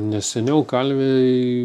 nes seniau kalviai